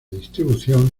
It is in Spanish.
distribución